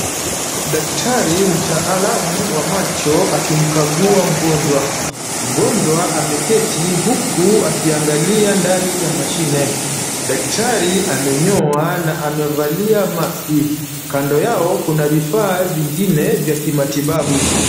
Daktari mtaalamu wa macho akimkagua mgonjwa. Mgonjwa ameketi huku akiangalia ndani ya mashine. Daktari amenyoa na amevalia mask . Kando yao kuna vifaa vingine vya kimatibabu.